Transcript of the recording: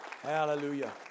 hallelujah